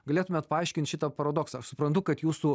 galėtumėt paaiškint šitą paradoksą aš suprantu kad jūsų